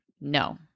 No